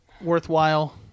worthwhile